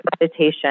meditation